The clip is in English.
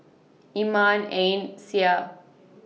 Iman Ain Syah